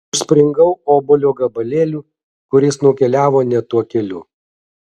užspringau obuolio gabalėliu kuris nukeliavo ne tuo keliu